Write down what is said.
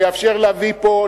שיאפשר להביא לפה,